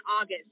August